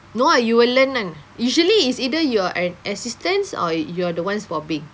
no ah you will learn [one] usually it's either you are an assistance or you are the one swabbing